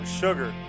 sugar